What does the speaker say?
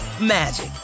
magic